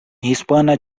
hispana